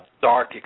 dark